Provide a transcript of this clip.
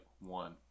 one